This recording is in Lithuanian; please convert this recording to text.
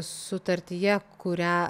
sutartyje kurią